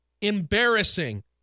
embarrassing